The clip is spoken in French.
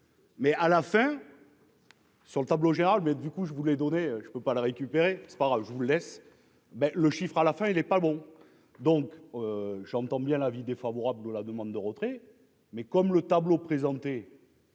Mais à la fin. Sur le tableau général mais du coup, je voulais donner, je ne peux pas la récupérer, c'est pas grave, je vous laisse, mais le chiffre à la fin il est pas bon, donc j'entends bien l'avis défavorable de la demande de retrait, mais comme le tableau présenté.